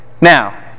Now